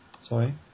Sorry